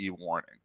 warning